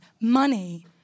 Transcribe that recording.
money